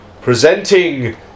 presenting